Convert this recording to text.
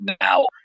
now